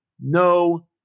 no